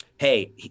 Hey